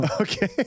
Okay